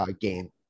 game